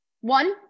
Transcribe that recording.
One